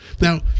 Now